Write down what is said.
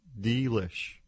Delish